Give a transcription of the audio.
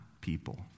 people